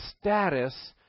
status